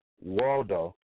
Waldo